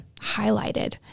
highlighted